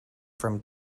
from